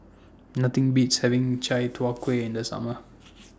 Nothing Beats having Chai Tow Kuay in The Summer